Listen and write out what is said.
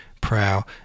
prow